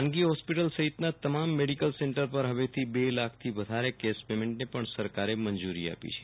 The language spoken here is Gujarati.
ખાનગી હોસ્પિટલ સહીતના તમામ મેડીકલ સેન્ટર પર હવેથી બે લાખ થી વધારે કેસ પેમેન્ટ ને પણ સરકારે મંજુરી આપી છે